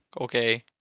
okay